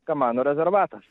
kamanų rezervatas